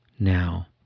now